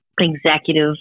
executive